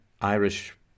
Irish